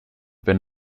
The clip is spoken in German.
wenn